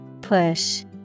Push